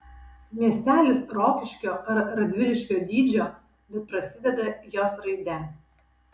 miestelis rokiškio ar radviliškio dydžio bet prasideda j raide